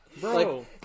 Bro